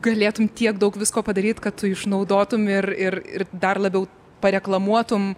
galėtum tiek daug visko padaryt kad tu išnaudotum ir ir ir dar labiau pareklamuotum